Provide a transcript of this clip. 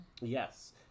Yes